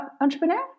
entrepreneur